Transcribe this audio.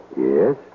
Yes